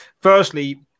firstly